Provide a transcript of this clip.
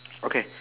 okay